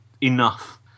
enough